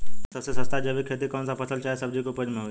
सबसे सस्ता जैविक खेती कौन सा फसल चाहे सब्जी के उपज मे होई?